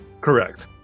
Correct